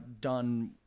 done